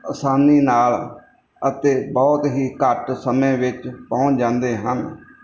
ਅਸਾਨੀ ਨਾਲ ਅਤੇ ਬਹੁਤ ਹੀ ਘੱਟ ਸਮੇਂ ਵਿੱਚ ਪਹੁੰਚ ਜਾਂਦੇ ਹਨ